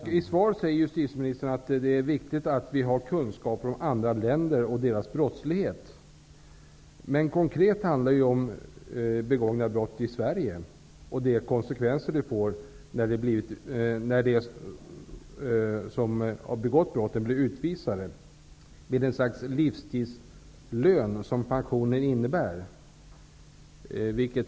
I svaret säger justitieministern att det är viktigt att vi har kunskap om andra länder och om brottsligheten där. Men detta handlar ju om brott begångna i Sverige och om konsekvenserna när de som har begått brott blir utvisade. De får då ett slags livstidslön, som pensionen innebär.